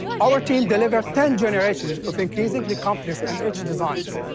our team delivered ten generations of increasingly complex and rich designs,